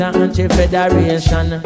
anti-federation